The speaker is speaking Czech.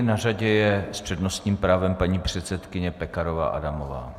Na řadě je s přednostním právem paní předsedkyně Pekarová Adamová.